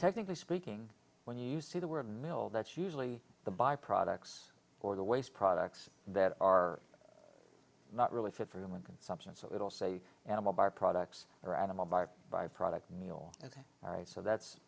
technically speaking when you see the word mill that's usually the by products or the waste products that are not really fit for human consumption so it'll say animal by products or animal market by product meal ok all right so that's